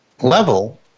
level